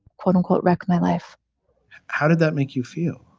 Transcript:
quote, unquote, wreck my life how did that make you feel?